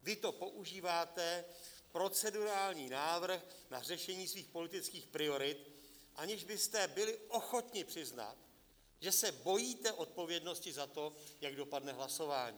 Vy to používáte procedurální návrh na řešení svých politických priorit, aniž byste byli ochotni přiznat, že se bojíte odpovědnosti za to, jak dopadne hlasování.